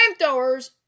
flamethrowers